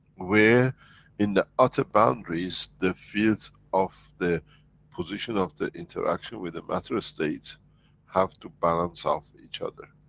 where in the outer boundaries the fields of the position of the interaction with the matter-state have to balance off each other.